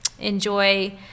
enjoy